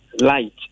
Light